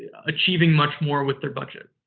achieving much more with their budget.